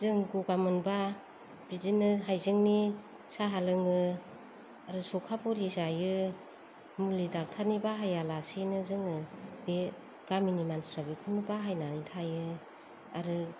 जों गगा मोनबा बिदिनो हायजेंनि साहा लोङो आरो सौखा बरि जायो मुलि डक्टर नि बाहायालासेनो जोङो बे गामिनि मानसिफ्रा बेखौनो बाहायनानै थायो आरो